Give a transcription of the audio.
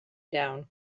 down